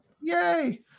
Yay